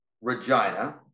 Regina